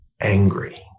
angry